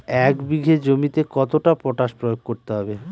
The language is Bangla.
এক বিঘে জমিতে কতটা পটাশ প্রয়োগ করতে হবে?